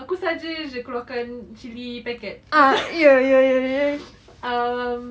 aku saja jer keluarkan chili packet um